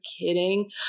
kidding